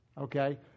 Okay